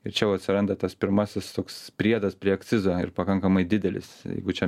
tačiau atsiranda tas pirmasis toks priedas prie akcizo ir pakankamai didelis jeigu čia